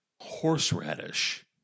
horseradish